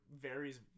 varies